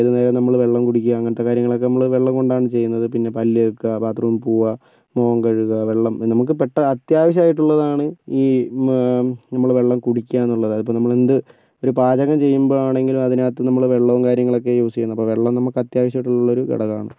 ഏത് നേരവും നമ്മൾ വെള്ളം കുടിക്കുക അങ്ങനത്തെ കാര്യങ്ങളൊക്കെ നമ്മൾ വെള്ളം കൊണ്ടാണ് ചെയ്യുന്നത് പിന്നെ പല്ല് തേക്കുക ബാത് റൂമിൽ പോകുക മുഖം കഴുകുക വെള്ളം നമുക്ക് പെട്ട അത്യാവശ്യമായിട്ടുള്ളതാണ് ഈ നമ്മൾ വെള്ളം കുടിക്കുക എന്നുള്ളത് അതായത് നമ്മളിപ്പോൾ എന്ത് ഒരു പാചകം ചെയ്യുമ്പോൾ ആണെങ്കിലും അതിനകത്ത് നമ്മൾ വെള്ളവും കാര്യങ്ങളൊക്കെ യൂസ് ചെയ്യുന്നുണ്ട് അപ്പോൾ വെള്ളം നമുക്ക് അത്യാവശ്യം ആയിട്ടുള്ള ഒരു ഘടകമാണ്